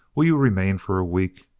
will you remain for a week,